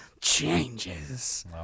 changes